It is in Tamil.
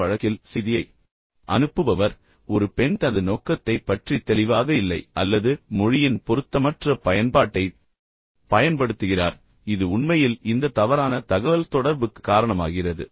இந்த வழக்கில் செய்தியை அனுப்புபவர் ஒரு பெண் தனது நோக்கத்தைப் பற்றி தெளிவாக இல்லை அல்லது மொழியின் பொருத்தமற்ற பயன்பாட்டைப் பயன்படுத்துகிறார் இது உண்மையில் இந்த தவறான தகவல்தொடர்புக்கு காரணமாகிறது